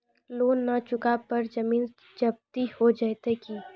Loan न चुका पर जमीन जब्ती हो जैत की?